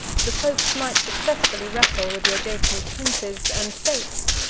the popes might successfully wrestle with the adjacent princes and states,